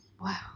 Wow